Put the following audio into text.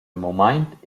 mumaint